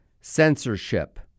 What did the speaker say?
censorship